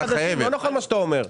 לא נכון מה שאתה אומר.